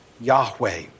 Yahweh